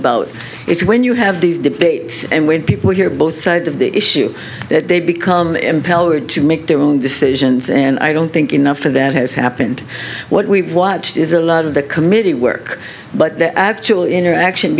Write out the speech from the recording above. about it's when you have these debates and when people hear both sides of the issue that they become impellor to make their own decisions and i don't think enough of that has happened what we've watched is a lot of the committee work but the actual interaction